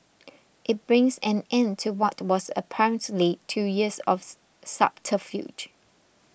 it brings an end to what was apparently two years of subterfuge